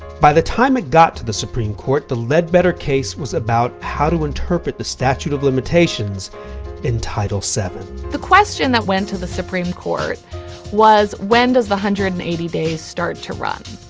by the time it got to the supreme court, the ledbetter case was about how to interpret the statute of limitations in title seven. the question that went to the supreme court was when does the one hundred and eighty days start to run?